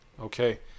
Okay